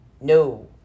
No